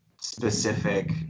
specific